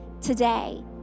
today